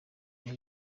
muri